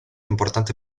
importante